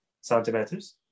centimeters